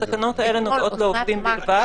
התקנות האלה נוגעות לעובדים בלבד.